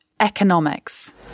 economics